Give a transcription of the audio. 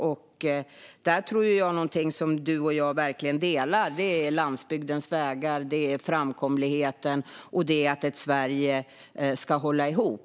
Ett intresse som jag tror att du och jag verkligen delar är landsbygdens vägar, framkomligheten och att Sverige ska hålla ihop.